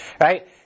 right